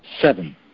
seven